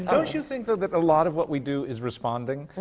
don't you think, though, that a lot of what we do is responding?